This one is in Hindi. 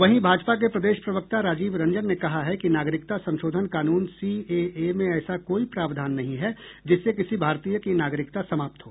वहीं भाजपा के प्रदेश प्रवक्ता राजीव रंजन ने कहा है कि नागरिकता संशोधन कानून सीएए में ऐसा कोई प्रावधान नहीं है जिससे किसी भारतीय की नागरिकता समाप्त हो